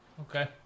okay